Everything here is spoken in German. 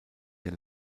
der